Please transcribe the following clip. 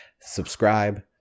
subscribe